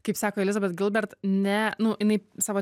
kaip sako elizabet gilbert ne nu inai savo